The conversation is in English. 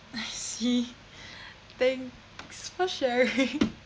I see thanks for sharing